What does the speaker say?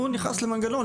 הוא נכנס למנגנון.